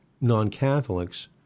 non-Catholics